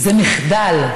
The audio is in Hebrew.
זה מחדל.